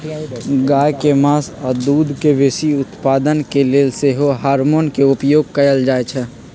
गाय के मास आऽ दूध के बेशी उत्पादन के लेल सेहो हार्मोन के उपयोग कएल जाइ छइ